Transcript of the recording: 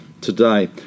today